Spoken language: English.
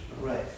Right